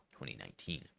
2019